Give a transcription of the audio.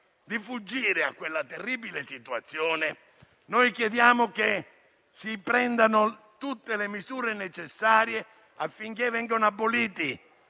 di fuggire da quella terribile situazione, chiediamo che si assumano tutte le misure necessarie affinché vengano aboliti